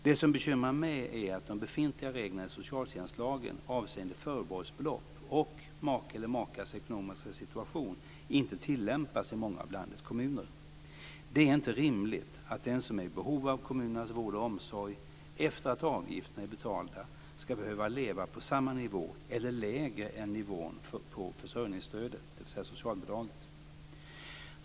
Det som bekymrar mig är att de befintliga reglerna i socialtjänstlagen avseende förbehållsbelopp och make eller makas ekonomiska situation inte tilllämpas i många av landets kommuner. Det är inte rimligt att den som är i behov av kommunernas vård och omsorg, efter det att avgifterna är betalda ska behöva leva på samma nivå som, eller lägre än, nivån på försörjningsstödet, dvs. socialbidraget.